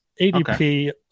ADP